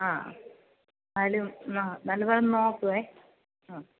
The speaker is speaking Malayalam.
ആ എന്നാലും നല്ലപോലെ ഒന്ന് നോക്കുവേ ആ